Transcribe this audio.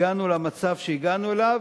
הגענו למצב שהגענו אליו,